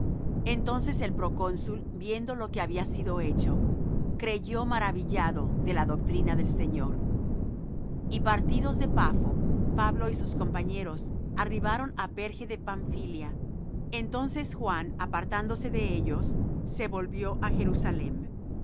entonces el procónsul viendo lo que había sido hecho creyó maravillado de la doctrina del señor y partidos de papho pablo y sus compañeros arribaron á perge de pamphylia entonces juan apartándose de ellos se volvió á jerusalem